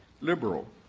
liberal